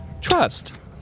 Trust